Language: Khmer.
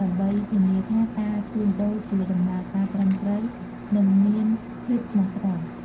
ដើម្បីធានាថាការជួញដូរជាដំណើរការត្រឹមត្រូវ និងមានភាពស្មោះត្រង់។